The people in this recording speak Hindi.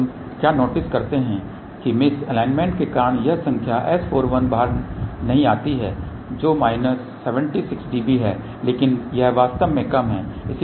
तो हम क्या नोटिस करते हैं कि मिस एलाइनमेंट के कारण यह संख्या S41 बाहर नहीं आती है जो माइनस 76 dB है लेकिन यह वास्तव में कम है